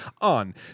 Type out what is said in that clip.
on